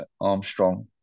Armstrong